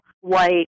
white